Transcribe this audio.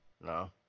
No